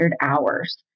hours